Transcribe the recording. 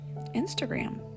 Instagram